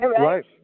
Right